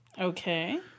Okay